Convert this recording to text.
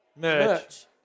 Merch